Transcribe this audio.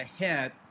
ahead